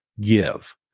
give